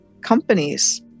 companies